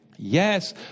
Yes